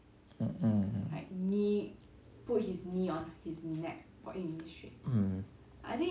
mm mm mm mm